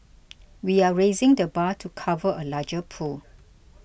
we are raising the bar to cover a larger pool